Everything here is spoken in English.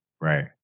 Right